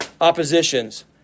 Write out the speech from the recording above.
oppositions